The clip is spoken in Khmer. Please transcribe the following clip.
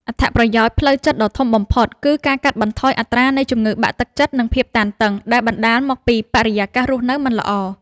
អត្ថប្រយោជន៍ផ្លូវចិត្តដ៏ធំបំផុតគឺការកាត់បន្ថយអត្រានៃជំងឺបាក់ទឹកចិត្ត និងភាពតានតឹង ដែលបណ្ដាលមកពីបរិយាកាសរស់នៅមិនល្អ។